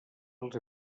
dels